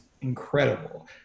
incredible